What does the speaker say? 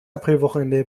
aprilwochenende